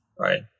right